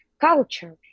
culture